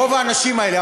רוב האנשים האלה,